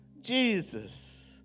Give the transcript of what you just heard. Jesus